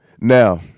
Now